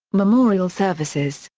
memorial services,